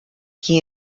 qui